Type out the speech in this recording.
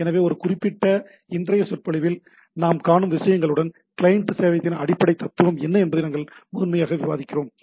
எனவே இந்த குறிப்பிட்ட இன்றைய சொற்பொழிவில் நாம் காணும் விஷயங்களுடன் கிளையன்ட் சேவையகத்தின் அடிப்படை தத்துவம் என்ன என்பதை நாங்கள் முதன்மையாக விவாதிக்கிறோம்